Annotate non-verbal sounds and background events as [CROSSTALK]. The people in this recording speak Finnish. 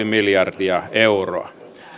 [UNINTELLIGIBLE] miljardia euroa